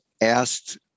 asked